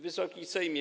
Wysoki Sejmie!